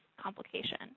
complication